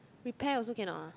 repair also cannot ah